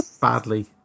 Badly